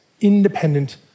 independent